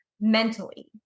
Mentally